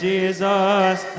Jesus